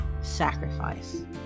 sacrifice